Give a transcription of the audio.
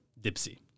Dipsy